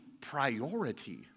priority